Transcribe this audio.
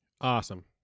Awesome